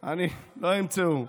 לא ימצאו,